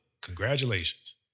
Congratulations